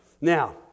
Now